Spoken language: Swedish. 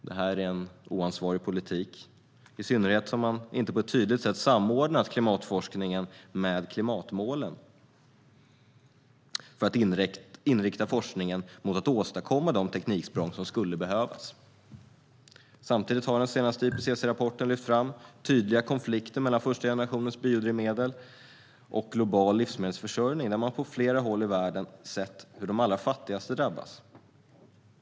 Det är en oansvarig politik, i synnerhet eftersom regeringen inte på ett tydligt sätt har samordnat klimatforskningen med klimatmålen för att inrikta forskningen mot att åstadkomma de tekniksprång som skulle behövas. Samtidigt har den senaste IPCC-rapporten lyft fram tydliga konflikter mellan första generationens biodrivmedel och global livsmedelsförsörjning. På flera håll i världen har man sett hur de allra fattigaste drabbas.